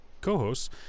co-hosts